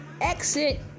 exit